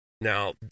now